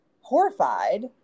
horrified